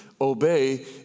obey